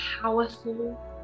powerful